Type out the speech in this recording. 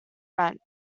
rent